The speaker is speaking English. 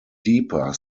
deeper